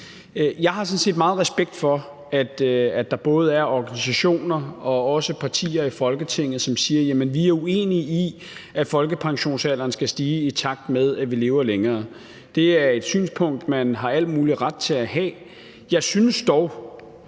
Jeg har sådan set meget respekt for, at der både er organisationer og partier i Folketinget, som siger: Vi er uenige i, at folkepensionsalderen skal stige, i takt med at vi lever længere. Det er et synspunkt, man har al mulig ret til at have. Men når man